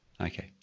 okay